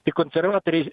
tai konservatoriai